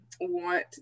want